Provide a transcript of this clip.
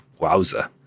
Wowza